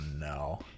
no